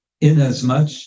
Inasmuch